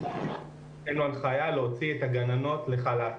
-- -הנחייה להוציא את הגננות לחל"ת.